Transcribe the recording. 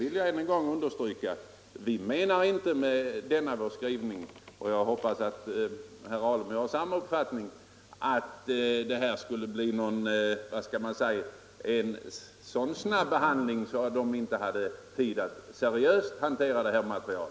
Jag vill än en gång understryka att vi inte med denna vår skrivning menar att det skulle bli någon sådan snabbehandling att utredningen inte skulle ha tid att seriöst hantera detta material.